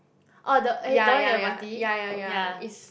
oh the eh the one with the ya